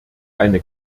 eine